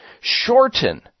shorten